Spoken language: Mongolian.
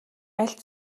аль